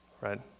right